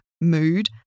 mood